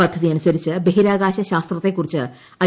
പദ്ധതിയനുസരിച്ച് ബഹിരാകാശ ശാസ്ത്രത്തെക്കുറിച്ച് ഐ